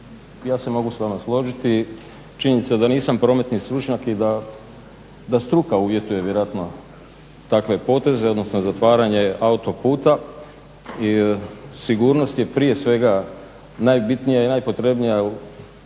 ja se mogu s vama složiti. Činjenica da nisam prometni stručnjak i da struka uvjetuje vjerojatno takve poteze, odnosno zatvaranje autoputa. Sigurnost je prije svega najbitnija i najpotrebnija. Jedan